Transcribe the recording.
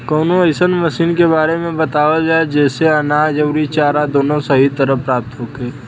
कवनो अइसन मशीन के बारे में बतावल जा जेसे अनाज अउर चारा दोनों सही तरह से प्राप्त होखे?